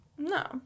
No